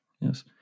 Yes